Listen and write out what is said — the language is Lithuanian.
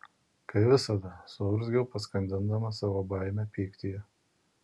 kaip visada suurzgiau paskandindama savo baimę pyktyje